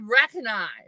recognize